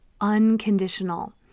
unconditional